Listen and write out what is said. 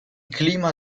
clima